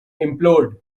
implode